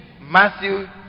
Matthew